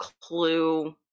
clue